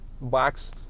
box